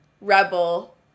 rebel